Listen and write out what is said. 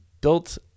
built